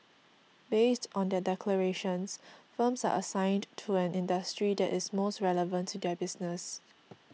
based on their declarations firms are assigned to an industry that is most relevant to their business